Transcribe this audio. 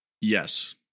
Yes